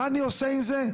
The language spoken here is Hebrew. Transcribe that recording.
מה אני עושה עם זה?